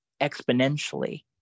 exponentially